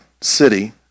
city